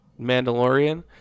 Mandalorian